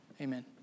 Amen